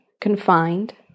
confined